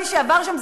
מי שעבר שם,